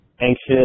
anxious